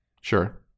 sure